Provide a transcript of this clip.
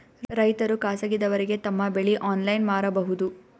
ರೈತರು ಖಾಸಗಿದವರಗೆ ತಮ್ಮ ಬೆಳಿ ಆನ್ಲೈನ್ ಮಾರಬಹುದು?